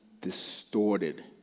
distorted